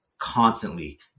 constantly